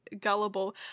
gullible